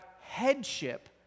headship